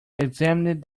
examined